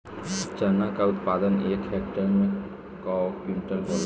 चना क उत्पादन एक हेक्टेयर में कव क्विंटल होला?